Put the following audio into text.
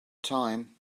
time